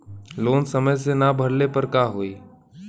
Loan समय से ना भरले पर का होयी?